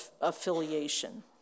affiliation